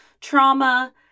trauma